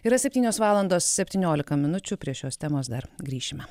yra septynios valandos septyniolika minučių prie šios temos dar grįšime